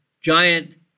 giant